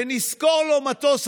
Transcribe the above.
ונשכור לו מטוס,